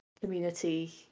community